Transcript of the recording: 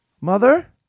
Mother